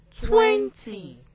twenty